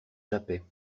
jappaient